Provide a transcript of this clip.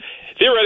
Theoretically